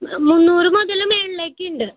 മുന്നൂറ് മുതൽ മുകളിലേക്ക് ഉണ്ട്